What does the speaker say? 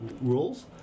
rules